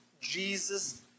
Jesus